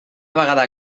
vegada